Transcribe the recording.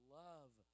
love